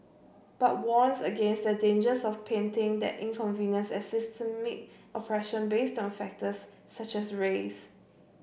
but warns against the dangers of painting that inconvenience as systemic oppression based on factors such as race